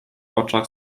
oczach